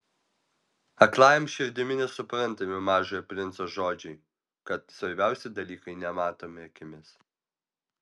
aklajam širdimi nesuprantami mažojo princo žodžiai kad svarbiausi dalykai nematomi akimis